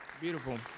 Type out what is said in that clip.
Beautiful